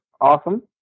awesome